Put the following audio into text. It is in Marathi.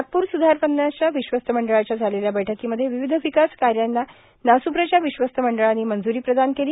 नागपूर सुधार प्रन्यासच्या विश्वस्त मंडळाच्या झालेल्या बैठकीमध्ये विविध विकास कार्यांना नास्प्रच्या विश्वस्त मंडळानी मंज्री प्रदान केली